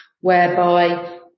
whereby